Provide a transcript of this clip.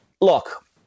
look